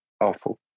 awful